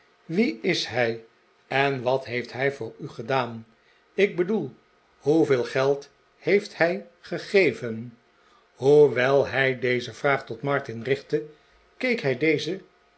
wie is hij en wat heeft hij voor u gedaan ik bedoel hoeveel geld heeft hij gegeven hoewel hij deze v'raag tot martin richtte keek hij dezen